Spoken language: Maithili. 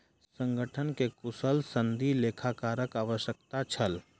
संगठन के कुशल सनदी लेखाकारक आवश्यकता छल